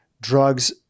drugs